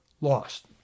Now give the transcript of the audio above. lost